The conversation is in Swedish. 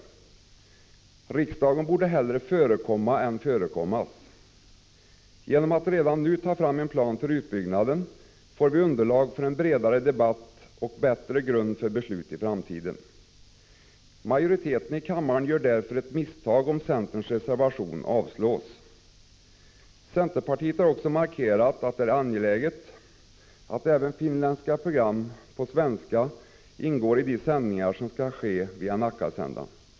Men riksdagen borde hellre förekomma än förekommas. Genom att redan nu ta fram en plan för utbyggnad får vi underlag för en bredare debatt och en bättre grund för beslut i framtiden. Majoriteten i kammaren gör därför ett misstag om centerpartiets reservation avslås. Centerpartiet har också markerat att det är angeläget att även finländska program på svenska ingår i de sändningar som skall ske via Nackasändaren.